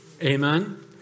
Amen